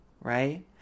right